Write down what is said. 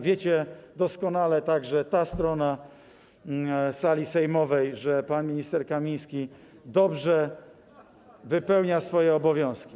Wiecie doskonale - także ta strona sali sejmowej - że pan minister Kamiński dobrze wypełnia swoje obowiązki.